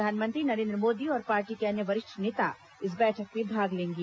प्र धानमंत्री नरेन् द्व मोदी और पार्ट र्प के अन्य वरिष्ठ नेता इस बैठक में भाग लेंगे